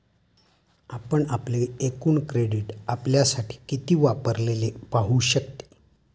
आपण आपले एकूण क्रेडिट आपल्यासाठी किती वापरलेले पाहू शकते